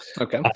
Okay